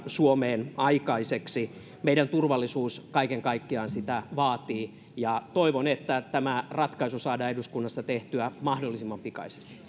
suomeen aikaiseksi meidän turvallisuutemme kaiken kaikkiaan sitä vaatii toivon että tämä ratkaisu saadaan eduskunnassa tehtyä mahdollisimman pikaisesti